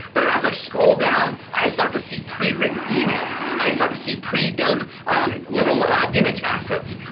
but as i scroll down, i start to see pre-written emails. i start to see pre-done little image assets.